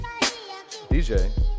DJ